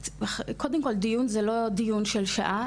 קודם כל דיון זה לא דיון של שעה,